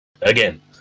Again